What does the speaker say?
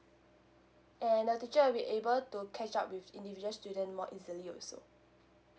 and the teacher will be able to catch up with individual student more easily also